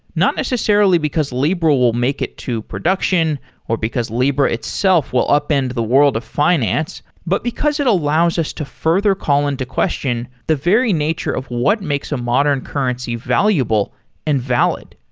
not necessarily because libra will make it to production or because libra itself will upend the world of finance, but because it allows us to further call into question the very nature of what makes a modern currency valuable and valid.